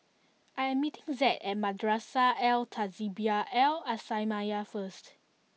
I am meeting Zed at Madrasah Al Tahzibiah Al islamiah first